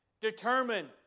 determine